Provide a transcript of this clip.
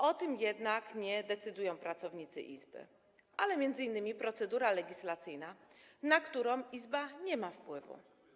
O tym jednak nie decydują pracownicy izby, ale m.in. procedura legislacyjna, na którą izba nie ma wpływu.